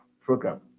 program